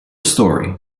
story